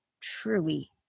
truly